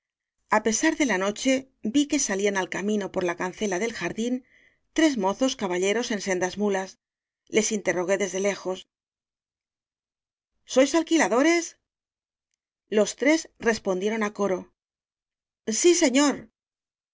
a pesar de la noche vi que salían al camino por la cancela del jardín tres mozos caballeros en sendas muías les interrogué desde lejos sois alquiladores los tres respondieron á coro sí señor